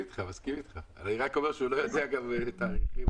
אצלנו הייתה ההוראה המשלימה,